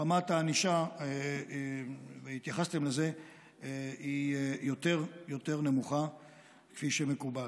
רמת הענישה היא יותר נמוכה מכפי שמקובל,